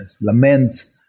lament